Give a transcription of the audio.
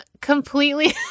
completely